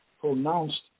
pronounced